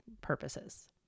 purposes